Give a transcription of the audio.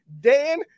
dan